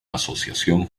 asociación